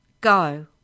Go